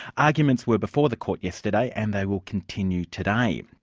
arguments were before the court yesterday and they will continue today.